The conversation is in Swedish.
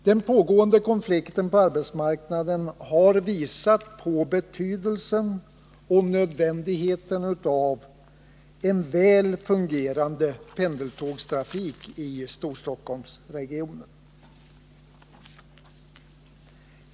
Den pågående konflikten på arbetsmarknaden har visat på betydelsen och nödvändigheten av en väl fungerande pendeltågstrafik i Storstockholmsregionen.